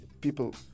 People